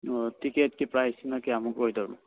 ꯑꯣ ꯇꯤꯛꯀꯦꯠꯀꯤ ꯄ꯭ꯔꯥꯏꯁꯁꯤꯅ ꯀꯌꯥꯃꯨꯛ ꯑꯣꯏꯗꯣꯔꯤꯅꯣ